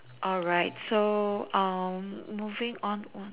alright so um moving on on